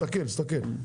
הנה הנה תסתכל,